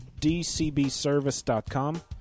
DCBService.com